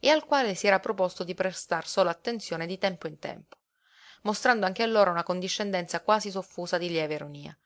e al quale si era proposto di prestar solo attenzione di tempo in tempo mostrando anche allora una condiscendenza quasi soffusa di lieve ironia